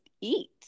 eat